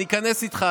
אני איכנס איתך,